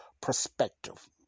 perspective